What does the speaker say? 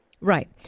Right